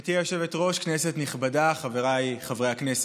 גברתי היושבת-ראש, כנסת נכבדה, חבריי חברי הכנסת,